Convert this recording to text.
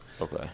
Okay